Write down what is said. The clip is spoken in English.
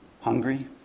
hungry